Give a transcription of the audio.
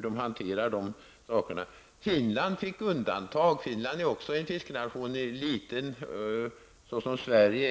de handlar i dessa frågor. Finland fick göra ett undantag. Finland är också en fiskenation, liten såsom Sverige.